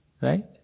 Right